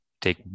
take